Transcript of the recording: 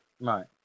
right